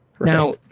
now